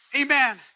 Amen